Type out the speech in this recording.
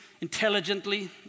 intelligently